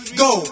go